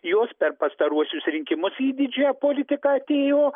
jos per pastaruosius rinkimus į didžiąją politiką atėjo